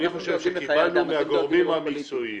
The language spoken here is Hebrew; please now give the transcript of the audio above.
אני חושב שקיבלנו מהגורמים המקצועיים